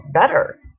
better